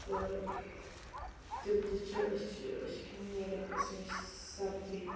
تہٕ تِم تہِ چھِ أسۍ چھِ أسۍ چھِ کھٮ۪وان واریاہ قٕسمٕچ سبزی